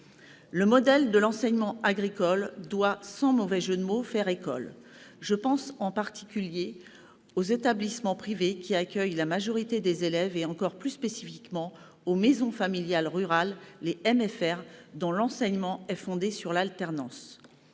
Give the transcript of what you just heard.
Le modèle de l'enseignement agricole doit, sans mauvais jeu de mots, faire école. Je pense en particulier aux établissements privés, qui accueillent la majorité des élèves, et, encore plus spécifiquement, aux maisons familiales rurales, les MFR, dont l'enseignement est fondé sur l'alternance.